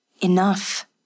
Enough